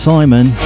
Simon